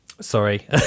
sorry